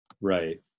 Right